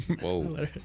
Whoa